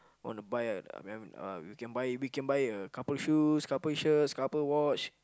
want to buy a uh uh we can buy we can buy a couple shoes couple shirts couple watch